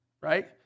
Right